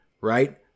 right